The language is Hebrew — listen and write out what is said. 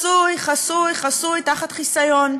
חסוי, חסוי, חסוי, תחת חיסיון.